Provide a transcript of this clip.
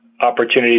opportunity